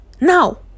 now